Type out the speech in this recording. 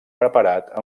preparat